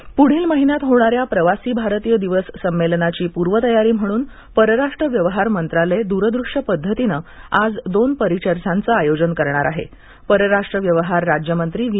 भारत पुढील महिन्यात होणाऱ्या प्रवासी भारतीय दिवस संमक्रिमाची पूर्वतयारी म्हणून परराष्ट्र व्यवहार मंत्रालय दूरदृश्य पद्धतीनआज दोन परिचर्चांचं आयोजन करणार आह पुरराष्ट्र व्यवहार राज्य मंत्री वी